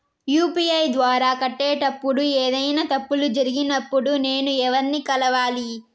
UPI ద్వారా కట్టేటప్పుడు ఏదైనా తప్పులు జరిగినప్పుడు నేను ఎవర్ని కలవాలి?